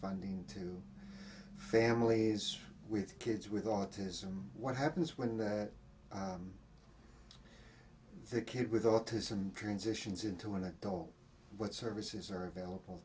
funding to families with kids with autism what happens when the kid with autism transitions into an adult what services are available